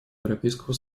европейского